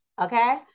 okay